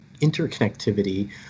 interconnectivity